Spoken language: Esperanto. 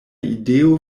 ideo